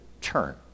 turn